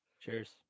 Cheers